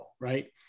Right